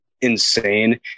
insane